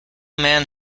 man